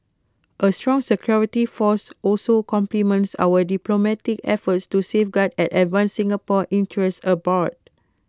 A strong security force also complements our diplomatic efforts to safeguard and advance Singapore's interests abroad